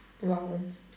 !wow!